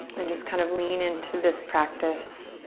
and just kind of lean into this practice.